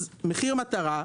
אז מחיר מטרה,